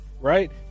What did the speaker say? right